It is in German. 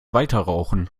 weiterrauchen